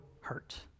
hurt